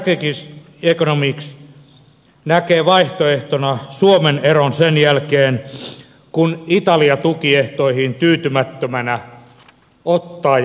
strategy economics näkee vaihtoehtona suomen eron sen jälkeen kun italia tukiehtoihin tyytymättömänä ottaa ja lähtee